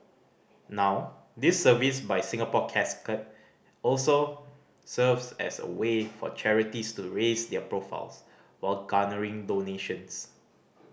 now this service by Singapore Casket also serves as a way for charities to raise their profiles while garnering donations